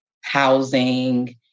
housing